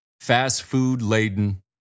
fast-food-laden